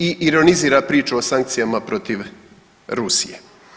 I ironizira priču o sankcijama protiv Rusije.